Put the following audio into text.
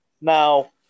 Now